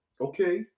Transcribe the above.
okay